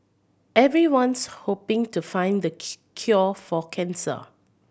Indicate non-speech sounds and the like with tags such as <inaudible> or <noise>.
everyone's hoping to find the <unintelligible> cure for cancer